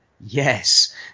Yes